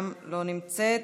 גם לא נמצאת.